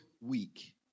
week